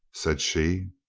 said she.